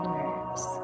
nerves